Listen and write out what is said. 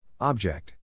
Object